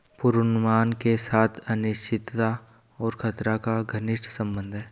पूर्वानुमान के साथ अनिश्चितता और खतरा का घनिष्ट संबंध है